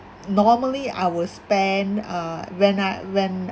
normally I will spend uh when I when